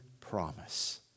promise